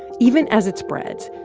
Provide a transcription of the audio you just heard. even as it spreads,